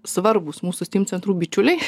svarbūs mūsų steam centrų bičiuliai